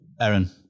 Aaron